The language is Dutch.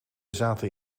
zaten